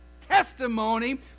testimony